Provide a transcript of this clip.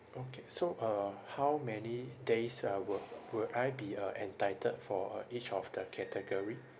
okay so uh how many days I will will I be uh entitled for uh each of the category